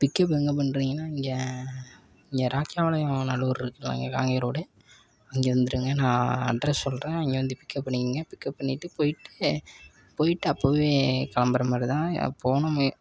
pickup எங்கே பண்ணுறிங்கனா இங்கே இங்கே ராக்கியபாளையம் நல்லூர் இருக்குதுல இங்கே காங்கேயம் ரோடு இங்கே வந்துடுங்க நான் அட்ரஸ் சொல்கிறேன் இங்கே வந்து பிக்கப் பண்ணிக்கங்க பிக்கப் பண்ணிட்டு போய்ட்டு போய்ட்டு அப்பவே கிளம்புற மாதிரி தான் போணும்